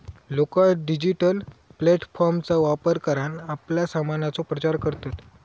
लोका डिजिटल प्लॅटफॉर्मचा वापर करान आपल्या सामानाचो प्रचार करतत